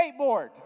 skateboard